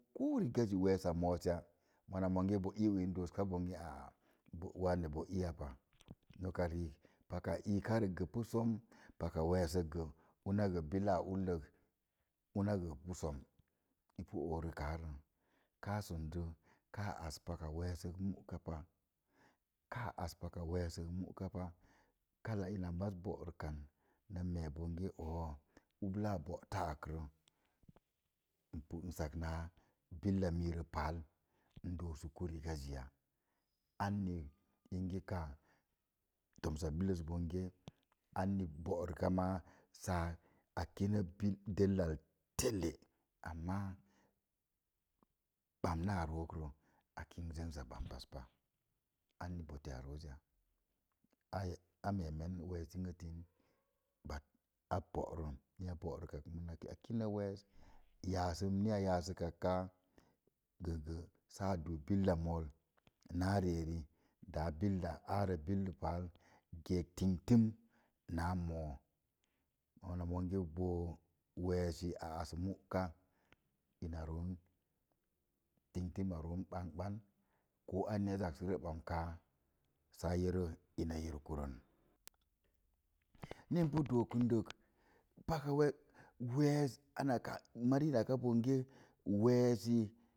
Ko rigaji weesa moosya, mona monhge bo iu in, doosa bonge aa bo waane bo iyapa. Noka riik, paka iikarəg gə pusom, paka weesək gə una gə bilaa ullək, una gə pusom. Npu oorukaaro, kaa sundə kaa as paka was sok mu'ka pa. Kaa as paka weesək mu’ ka pa. Kala ina maz bo'rəkan na mee bonge oo, ublaa bo'ta akrə apu zak naa billa miiro paa, ndoosuku rigaziya. Anni minge kaa, tomsa billəs bonge anni bo'rəka maa saa aka kino bi dəllab telle, amman bamnaa rookrə a kimo zənsa bampaspa anni rooz ya. Ai a meemen wewes tingtin bat a bo'ro ni a bo'rukak de akino wees yaasum ni a yasəkak kaa, gəgə saa duu billa mool, naa ri'eri. Daa billa arə billə paal geek tingtum naa moo. Mona monge boo, weesi a as mu'ka, ina roon, tingtum ma ɓaneɓan, ko anya zak səre ɓamkaa, saa yero ina yirkurən. Ni npu dookən dək paka wees wees ana ka, marii naka bonge, weesi